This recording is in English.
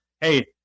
hey –